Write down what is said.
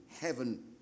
heaven